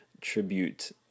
tribute